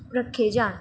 ਰੱਖੇ ਜਾਣ